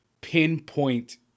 pinpoint